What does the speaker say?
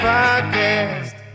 Podcast